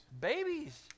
Babies